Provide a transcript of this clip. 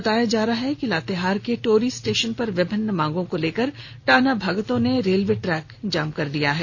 बताया जा रहा है कि लातेहार के टोरी स्टेशन पर विभिन्न मांगों को लेकर टाना भगतों ने रेलवे ट्रैक को जाम कर दिया है